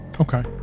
okay